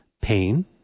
pain